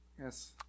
Yes